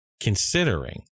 considering